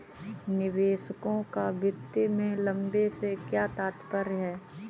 निवेशकों का वित्त में लंबे से क्या तात्पर्य है?